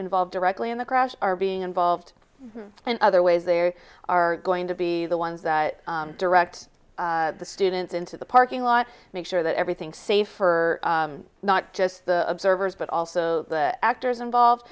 involved directly in the crash are being involved and other ways there are going to be the ones that direct the students into the parking lot make sure that everything safer not just the observers but also the actors involved